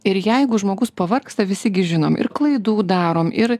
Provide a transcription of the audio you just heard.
ir jeigu žmogus pavargsta visi gi žinom ir klaidų darom ir